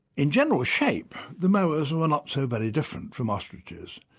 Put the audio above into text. in general shape, the moas were not so very different from ostriches,